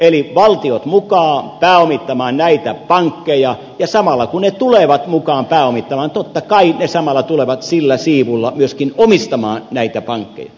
eli valtiot mukaan pääomittamaan näitä pankkeja ja samalla kun ne tulevat mukaan pääomittamaan totta kai ne samalla tulevat sillä siivulla myöskin omistamaan näitä pankkeja